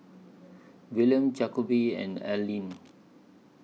Willaim Jacoby and Alleen